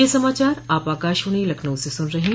ब्रे क यह समाचार आप आकाशवाणी लखनऊ से सुन रहे हैं